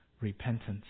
repentance